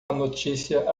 notícia